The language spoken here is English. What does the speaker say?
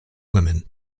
women